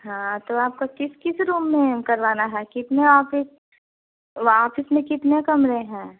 हाँ तो आपका किस किस रूम में करवाना है कितना ऑफिस व ऑफिस में कितने कमरे हैं